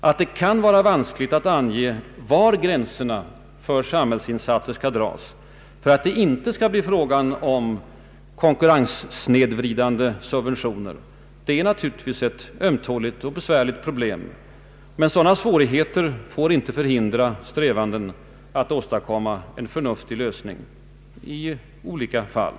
Att det kan vara vanskligt att ange var gränserna för samhällsinsatser skall dras för att det inte skall bli fråga om konkurrenssnedvyvridande subventioner är naturligtvis ett ömtåligt problem. Men sådana svårigheter får inte förhindra strävandena att åstadkomma en förnuftig lösning i olika fall.